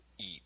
eat